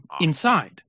inside